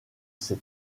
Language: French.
ses